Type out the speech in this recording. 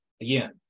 Again